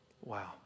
Wow